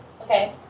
okay